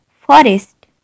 forest